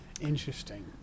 Interesting